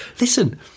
Listen